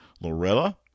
Lorella